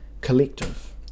collective